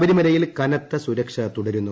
ശബരിമലയിൽ കനത്ത സുരക്ഷ തുടരുന്നു